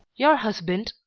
your husband,